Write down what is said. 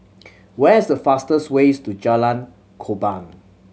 where is the fastest way to Jalan Korban